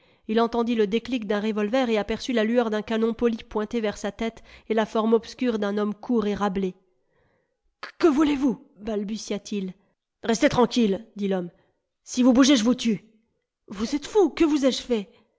il entendit le déclic d'un revolver et aperçut la lueur d'un canon poli pointé vers sa tête et la forme obscure d'un homme court et râblé que voulez-vous balbutia-t-il restez tranquille dit l'homme si vous bougez je vous tue vous êtes fou que vous ai-je fait